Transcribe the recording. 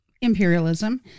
imperialism